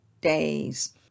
days